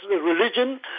religion